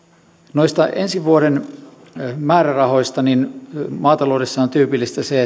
noista ensi vuoden määrärahoista maa ja metsätalousministeriön hallinnonalalla on tyypillistä se